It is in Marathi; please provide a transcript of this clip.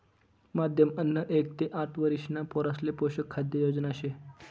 माध्यम अन्न एक ते आठ वरिषणा पोरासले पोषक खाद्य योजना शे